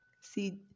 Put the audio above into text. See